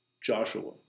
Joshua